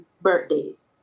birthdays